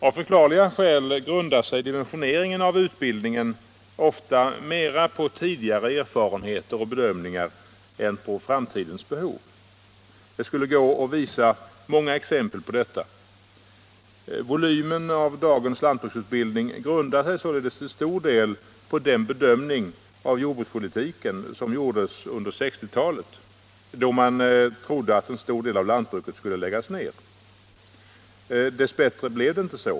Av förklarliga skäl grundar sig dimensioneringen av utbildningen ofta mera på tidigare erfarenheter och bedömningar än på framtidens behov. Det skulle gå att ge många exempel på detta. Volymen av dagens lantbruksutbildning grundar sig således till stor del på den bedömning av jordbrukspolitiken som gjordes under 1960-talet, då man trodde att en stor del av lantbruket skulle läggas ner. Dess bättre blev det inte så.